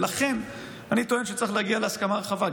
לכן אני טוען שצריך להגיע להסכמה רחבה.